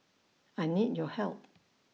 I need your help